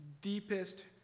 deepest